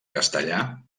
castellà